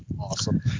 Awesome